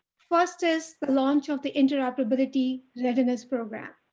first is the launch of the interoperability readiness program.